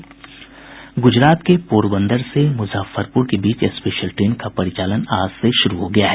गुजरात के पोरबंदर से मुजफ्फरपुर के बीच स्पेशल ट्रेन का परिचालन आज से शुरू हो गया है